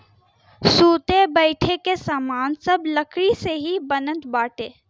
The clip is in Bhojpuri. सुते बईठे के सामान सब लकड़ी से ही बनत बाटे